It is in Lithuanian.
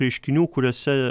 reiškinių kuriuose